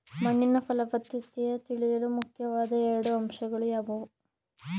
ಮಣ್ಣಿನ ಫಲವತ್ತತೆ ತಿಳಿಯಲು ಮುಖ್ಯವಾದ ಎರಡು ಅಂಶಗಳು ಯಾವುವು?